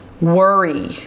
worry